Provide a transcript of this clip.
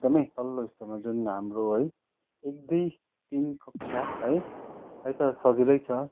एकदमै तल्लो स्तरमा जुन हाम्रो है एक दुई तिन कक्षा है है त सजिलै छ